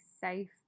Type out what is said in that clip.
safe